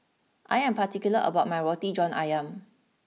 I am particular about my Roti John Ayam